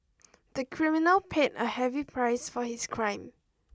the criminal paid a heavy price for his crime